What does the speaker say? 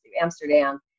Amsterdam